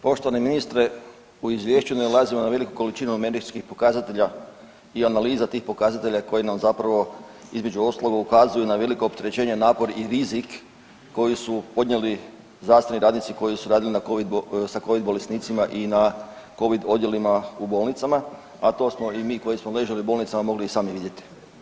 Poštovani ministre u izvješću nailazimo na veliku količinu medijskih pokazatelja i analiza tih pokazatelja koji nam zapravo između ostalog ukazuju na velika opterećenja, napor i rizik koji su podnijeli zdravstveni radnici koji su radili sa covid bolesnicima i na covid odjelima u bolnicama, a to smo i mi koji smo ležali u bolnicama mogli i sami vidjeti.